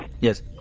Yes